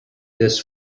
this